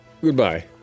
Goodbye